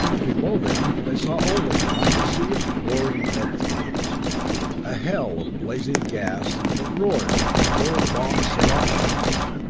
below them they saw only a mighty sea of roaring red flames a hell of blazing gas that roared like a score of bombs set off at once.